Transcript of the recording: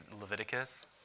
Leviticus